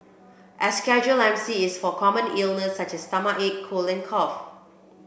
a casual M C is for common illness such as stomachache cold and cough